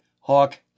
Hawk